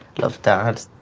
love, dad.